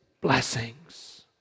blessings